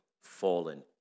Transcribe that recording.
fallen